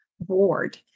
board